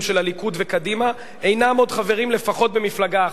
של הליכוד וקדימה אינם עוד חברים לפחות במפלגה אחת.